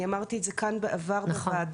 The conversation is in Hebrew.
אני אמרתי את זה כאן בעבר בוועדה.